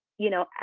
you know,